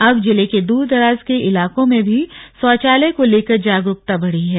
अब जिले के दूरदराज के इलाकों में भी शौचालय को लेकर जागरूकता बढ़ी है